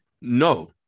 No